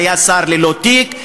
שהיה שר ללא תיק,